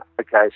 Okay